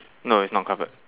no it's not covered